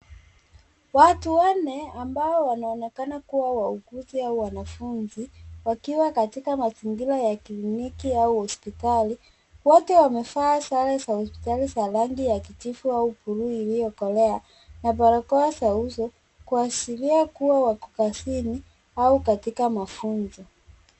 Watu wanne ambao wanaonekana kuwa wauguzi au wanafunzi wakiwa katika mazingira ya kliniki au hospitali. wote wamevaa sare za hospitali za rangi ya kijivu au buluu iliyokolea na barakoa za uso kuashiria kuwa wako kazini au katika mafunzo.